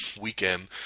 weekend